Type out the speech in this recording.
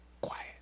quiet